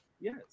Yes